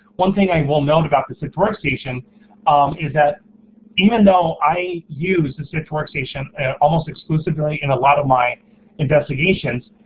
one thing i will note about the sift workstation is that even though i use the sift workstation almost exclusively in a lot of my investigations,